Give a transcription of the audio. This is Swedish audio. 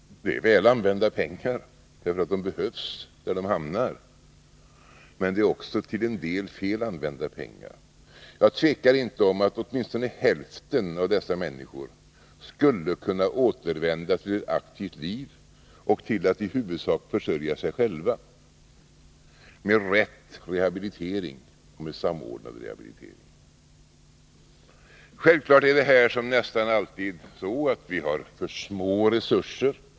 Det är väl använda pengar, därför att de behövs där de hamnar, men det är också till en del fel använda pengar. Jag tvekar inte att säga att åtminstone hälften av dessa människor skulle kunna återvända till ett aktivt liv och till att i huvudsak försörja sig själva, med rätt rehabilitering och med samordnad rehabilitering. Självklart är det här som nästan alltid så att vi har för små resurser.